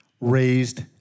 raised